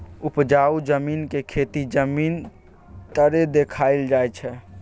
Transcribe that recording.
उपजाउ जमीन के खेती जमीन तरे देखाइल जाइ छइ